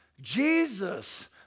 Jesus